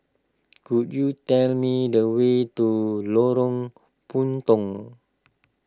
could you tell me the way to Lorong Puntong